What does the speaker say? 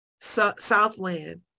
Southland